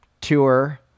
Tour